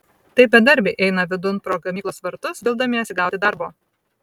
tai bedarbiai eina vidun pro gamyklos vartus vildamiesi gauti darbo